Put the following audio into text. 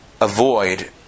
avoid